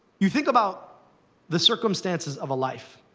you think about the circumstances of a life.